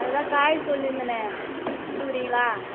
அது தான் காய் சொல்லியிருந்தேனே கொடுக்குறீங்களா